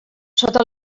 sota